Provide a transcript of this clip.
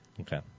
Okay